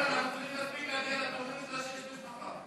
אנחנו צריכים להספיק להגיע לטורניר של השש-בש מחר.